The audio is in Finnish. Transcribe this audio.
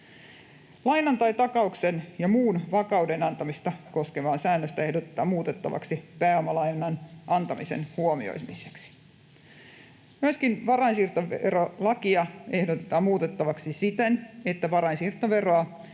Lainan tai takauksen ja muun vakuuden antamista koskevaa säännöstä ehdotetaan muutettavaksi pääomalainan antamisen huomioimiseksi. Myöskin varainsiirtoverolakia ehdotetaan muutettavaksi siten, että varainsiirtoveroa